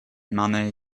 money